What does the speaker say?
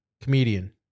comedian